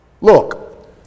Look